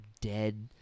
dead